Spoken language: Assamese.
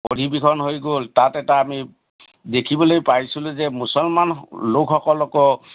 অধিৱেশন হৈ গ'ল তাত এটা আমি দেখিবলৈ পাইছিলোঁ যে মুছলমান লোকসকলকো